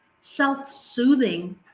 self-soothing